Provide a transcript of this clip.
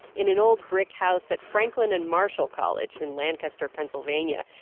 in in old brick house at franklin and marshall college in lancaster, pennsylvania,